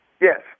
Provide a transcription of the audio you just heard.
Yes